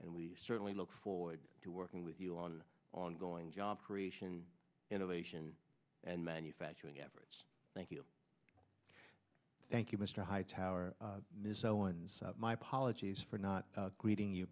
and we certainly look forward to working with you on ongoing job creation innovation and manufacturing average thank you thank you mr hightower my apologies for not greeting you